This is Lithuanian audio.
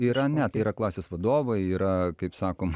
yra ne tai yra klasės vadovai yra kaip sakoma